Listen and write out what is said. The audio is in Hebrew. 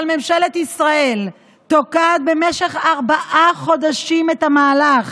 אבל ממשלת ישראל תוקעת במשך ארבעה חודשים את המהלך,